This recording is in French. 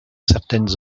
certaines